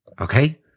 Okay